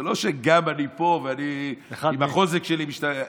זה לא שגם אני פה והחוזק שלי משתנה.